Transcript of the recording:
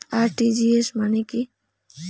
RTGS মানে কি?